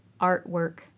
artwork